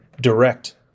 direct